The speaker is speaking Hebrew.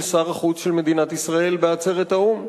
שר החוץ של מדינת ישראל בעצרת האו"ם,